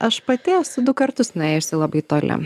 aš pati esu du kartus nuėjusi labai toli